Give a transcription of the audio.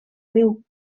riu